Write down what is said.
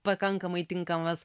pakankamai tinkamas